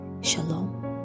Shalom